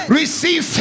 receive